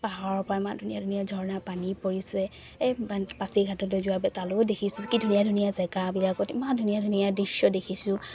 পাহাৰৰ পৰা ইমান ধুনীয়া ধুনীয়া ঝৰ্ণা পানী পৰিছে এই পাচিঘাটতলৈ যোৱাৰ তালৈও দেখিছো কি ধুনীয়া ধুনীয়া জেগাবিলাকত ইমান ধুনীয়া ধুনীয়া দৃশ্য দেখিছো